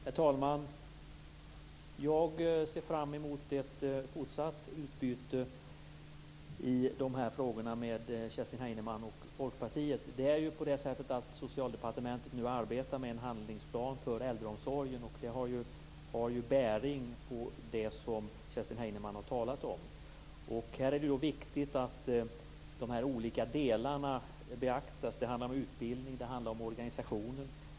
Herr talman! Jag ser fram emot ett fortsatt utbyte med Kerstin Heinemann och Folkpartiet i de här frågorna. Det är ju på det sättet att Socialdepartementet nu arbetar med en handlingsplan för äldreomsorgen. Det har ju bäring på det som Kerstin Heinemann har talat om. Här är det viktigt att de olika delarna beaktas. Det handlar om utbildning. Det handlar om organisationen.